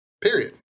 Period